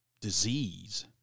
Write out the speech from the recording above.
disease